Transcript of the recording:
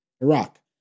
Iraq